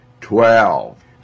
Twelve